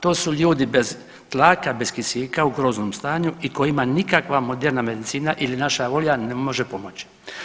To su ljudi bez tlaka, bez kisika, u groznom stanju i kojima nikakva moderna medicina ili naša volja ne može pomoći.